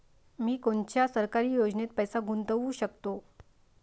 मी कोनच्या सरकारी योजनेत पैसा गुतवू शकतो?